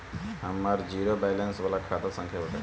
हमर zero balance वाला खाता संख्या बताई?